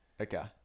Okay